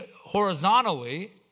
horizontally